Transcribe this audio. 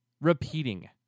Repeating